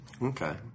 Okay